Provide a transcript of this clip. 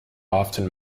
often